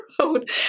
road